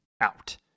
out